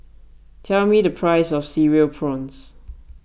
tell me the price of Cereal Prawns